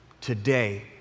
today